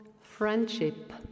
friendship